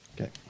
Okay